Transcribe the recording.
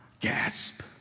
Gasp